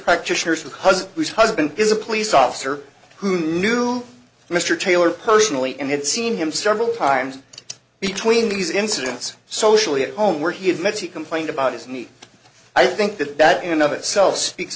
whose husband is a police officer who knew mr taylor personally and had seen him several times between these incidents socially at home where he admits he complained about his need i think that that in of itself speaks